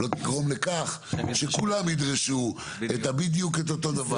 לא תגרום לכך שכולם ידרשו בדיוק את אותו דבר.